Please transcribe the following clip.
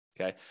Okay